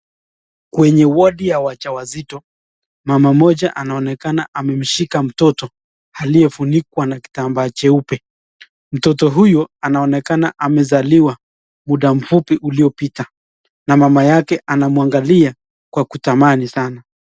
Kwenye wodi ya wajawazito, mama moja anaonekana amemshika mtoto aliyefunikwa na kitambaa cheupe, mtoto huyo anaonekana amezaliwa muda mfupi uliyopita. Na mama yake anamwangalia kwa kutamani sana.